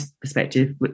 perspective